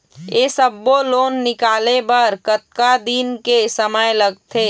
ये सब्बो लोन निकाले बर कतका दिन के समय लगथे?